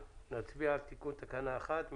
נצביע על תיקון תקנה 1 ו-2.